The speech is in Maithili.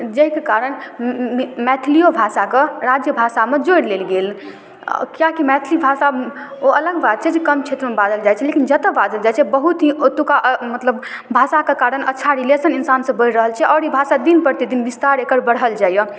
जाहिके कारण मै मैथिलिओ भाषाके राजभाषामे जोड़ि लेल गेल कियाकि मैथिली भाषा ओ अलग बात छै जे कम क्षेत्रमे बाजल जाइ छै लेकिन जतऽ बाजल जाइ छै बहुत ही ओतुका मतलब भाषाके कारण अच्छा रिलेशन इन्सानसँ बढ़ि रहल छै आओर ई भाषा दिन प्रतिदिन विस्तार एकर बढ़ल जाइए